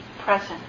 present